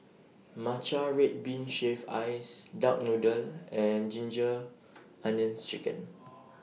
Matcha Red Bean Shaved Ice Duck Noodle and Ginger Onions Chicken